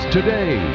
Today